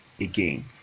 again